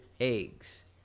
eggs